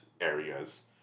areas